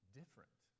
different